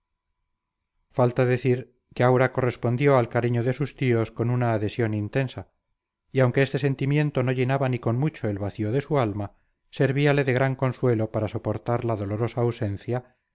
falta decir que aura correspondió al cariño de sus tíos con una adhesión intensa y aunque este sentimiento no llenaba ni con mucho el vacío de su alma servíale de gran consuelo para soportar la dolorosa ausencia